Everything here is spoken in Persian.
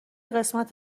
قسمت